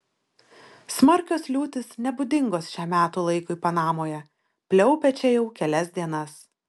smarkios liūtys nebūdingos šiam metų laikui panamoje pliaupia čia jau kelias dienas